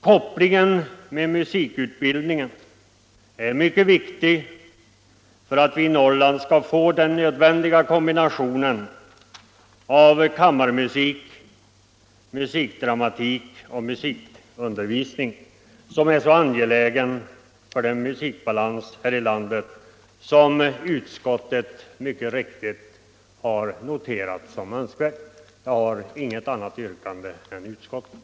Kopplingen med musikutbildningen är mycket viktig för att vi i Norrland skall få den nödvändiga kombinationen av kammarmusik, musikdramatik och musikundervisning, som är så angelägen för den musikbalans i landet som utskottet efterlyst. Jag har inget annat yrkande än utskottets.